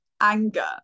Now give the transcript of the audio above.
anger